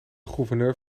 gouverneur